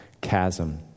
chasm